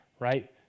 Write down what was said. right